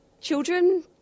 Children